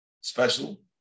special